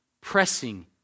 pressing